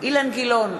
אילן גילאון,